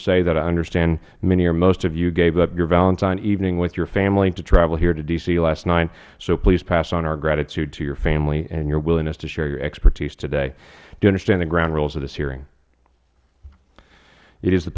say that i understand many or most of you gave up your valentine evening with your family to travel here to d c last night so please pass on our gratitude to your family and your willingness to share your expertise today do you understand the ground rules of this hearing it is the